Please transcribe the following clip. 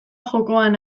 jokoan